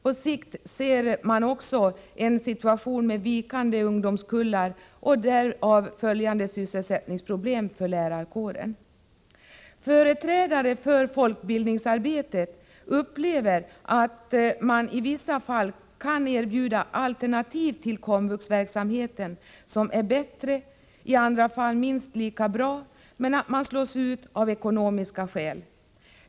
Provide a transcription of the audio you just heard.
På sikt ser man också en situation med vikande ungdomskullar och därav följande sysselsättningsproblem för lärarkåren. Företrädare för folkbildningsarbetet upplever att man i vissa fall kan erbjuda alternativ till komvuxverksamheten som är bättre, i andra fall minst lika bra, men att man slås ut av ekonomiska skäl.